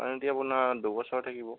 warranty আপোনাৰ দুবছৰ থাকিব